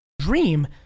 dream